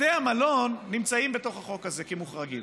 בתי המלון נמצאים בתוך החוק הזה כמוחרגים.